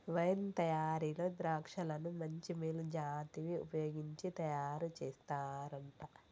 wine తయారీలో ద్రాక్షలను మంచి మేలు జాతివి వుపయోగించి తయారు చేస్తారంట